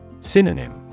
Synonym